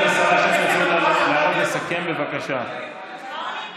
אתה תממן, אתה תממן בסוף, תודה רבה.